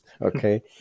Okay